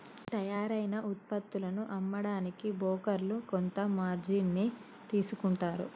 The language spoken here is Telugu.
తయ్యారైన వుత్పత్తులను అమ్మడానికి బోకర్లు కొంత మార్జిన్ ని తీసుకుంటారు